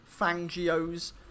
Fangio's